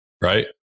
right